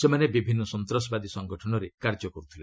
ସେମାନେ ବିଭିନ୍ନ ସନ୍ତାସବାଦୀ ସଙ୍ଗଠନରେ କାର୍ଯ୍ୟ କର୍ରଥିଲେ